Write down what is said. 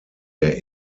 der